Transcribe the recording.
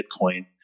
Bitcoin